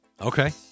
Okay